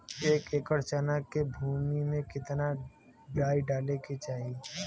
एक एकड़ चना के भूमि में कितना डाई डाले के चाही?